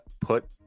put